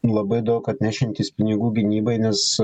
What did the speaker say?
labai daug atnešiantys pinigų gynybai nes